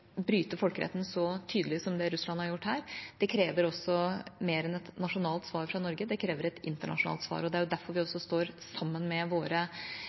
bryte folkeretten så tydelig som det Russland har gjort her, krever mer enn et nasjonalt svar fra Norge. Det krever et internasjonalt svar, og det er også derfor vi står sammen med våre